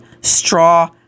straw